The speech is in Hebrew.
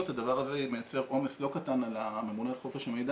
הדבר הזה מייצר עומס לא קטן על הממונה על חופש המידע